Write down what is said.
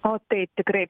o taip tikrai